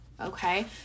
Okay